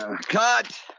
Cut